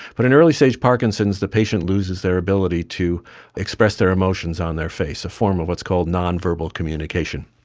but in early stage parkinson's the patient loses their ability to express their emotions on their face, a form of what's called non-verbal communication.